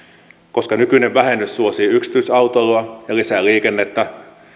koska nykyinen vähennys suosii yksityisautoilua ja lisää liikennettä